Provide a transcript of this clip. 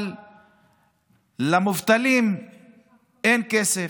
אבל למובטלים אין כסף,